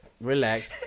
relax